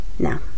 now